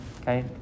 Okay